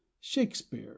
Shakespeare